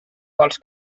vols